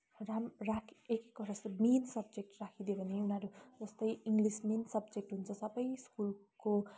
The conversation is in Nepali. राम राक एक एकवटा यस्तो मेन सब्जेक्ट राखिदियो भने उनिहरू जस्तो इङ्लिस् मेन सब्जेक्ट हुन्छ सबै स्कुलको